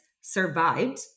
survived